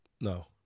No